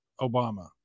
Obama